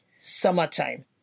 summertime